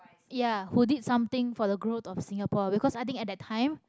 ya who did something for the growth of singapore because i think at that time